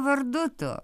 vardu tu